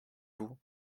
vous